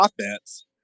offense